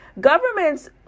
Governments